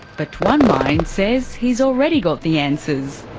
but one mind says he's already got the answers.